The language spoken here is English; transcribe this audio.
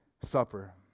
Supper